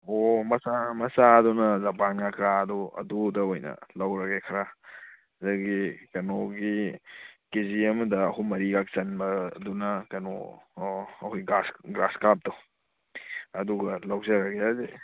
ꯑꯣ ꯃꯆꯥ ꯃꯆꯥꯗꯨꯅ ꯖꯄꯥꯟ ꯉꯀ꯭ꯔꯥꯗꯨ ꯑꯗꯨꯗ ꯑꯣꯏꯅ ꯂꯧꯔꯒꯦ ꯈꯔ ꯑꯗꯒꯤ ꯀꯩꯅꯣꯒꯤ ꯀꯦꯖꯤ ꯑꯃꯗ ꯑꯍꯨꯝ ꯃꯔꯤꯒ ꯆꯟꯕ ꯑꯗꯨꯅ ꯀꯩꯅꯣ ꯑꯩꯈꯣꯏ ꯒ꯭ꯔꯥꯁ ꯒ꯭ꯔꯥꯁ ꯀꯥꯞꯇꯣ ꯑꯗꯨꯒ ꯂꯧꯖꯔꯒꯦ ꯍꯥꯏꯗꯤ